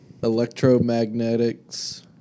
electromagnetics